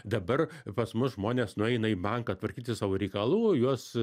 dabar pas mus žmonės nueina į banką tvarkyti savo reikalų juos